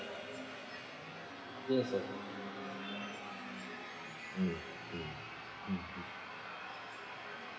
yes ah mm mm mm mm